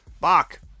Bach